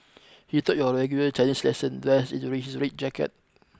he taught your regular Chinese lesson dressed in his red jacket